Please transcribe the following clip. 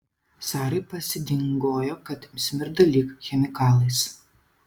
sarai pasidingojo kad smirda lyg chemikalais